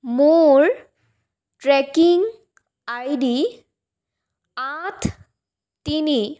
মোৰ tracking I D আঠ তিনি